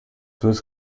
duas